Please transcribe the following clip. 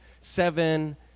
seven